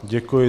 Děkuji.